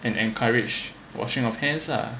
and encourage washing of hands lah